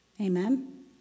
amen